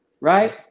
Right